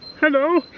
Hello